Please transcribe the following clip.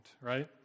right